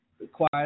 required